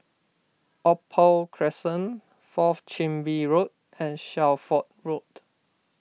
Opal Crescent Fourth Chin Bee Road and Shelford Road